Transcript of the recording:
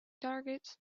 targets